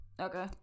Okay